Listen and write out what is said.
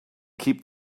keep